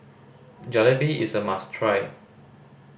jalebi is a must try